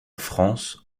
france